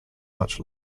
much